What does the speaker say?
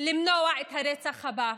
למנוע את הרצח הבא.